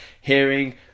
Hearing